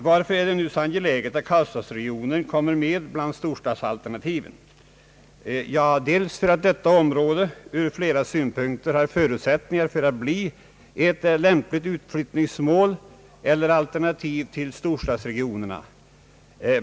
Varför är det nu så angeläget att karlstadsregionen kommer med bland stor stadsalternativen? Ja, till att börja med har detta område ur flera synpunkter förutsättningar för att bli ett lämpligt utflyttningsmål eller alternativ till storstadsregionerna.